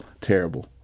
terrible